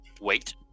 wait